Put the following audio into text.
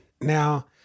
Now